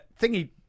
Thingy